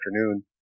afternoon